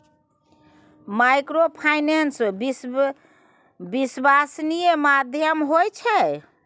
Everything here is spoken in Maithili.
माइक्रोफाइनेंस विश्वासनीय माध्यम होय छै?